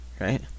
right